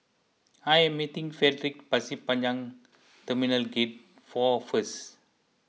I am meeting Fredrick Pasir Panjang Terminal Gate four first